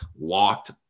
locked